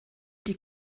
die